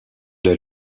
est